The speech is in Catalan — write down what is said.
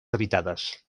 habitades